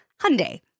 Hyundai